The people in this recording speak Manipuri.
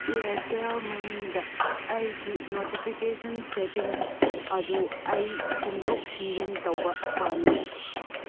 ꯏꯌꯥꯔꯇꯦꯜ ꯃꯅꯤꯗ ꯑꯩꯒꯤ ꯅꯣꯇꯤꯐꯤꯀꯦꯁꯟ ꯁꯦꯠꯇꯤꯡꯁ ꯑꯗꯨ ꯑꯩ ꯁꯤꯟꯗꯣꯛ ꯁꯤꯟꯖꯤꯟ ꯇꯧꯕ ꯄꯥꯝꯃꯤ